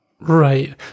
Right